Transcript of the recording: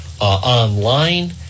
online